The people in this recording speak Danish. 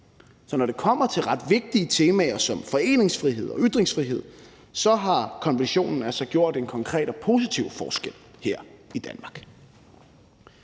Så når det kommer til ret vigtige temaer som foreningsfrihed og ytringsfrihed, har konventionen altså gjort en konkret og positiv forskel her i Danmark.